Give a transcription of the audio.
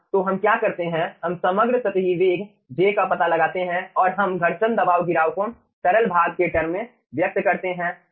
तो हम क्या करते हैं हम समग्र सतही वेग j का पता लगाते हैं और हम घर्षण दबाव गिराव को तरल भाग के टर्म में व्यक्त करते हैं